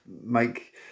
make